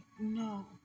No